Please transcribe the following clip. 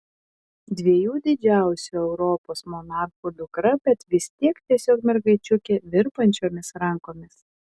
dviejų didžiausių europos monarchų dukra bet vis tiek tiesiog mergaičiukė virpančiomis rankomis